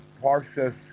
process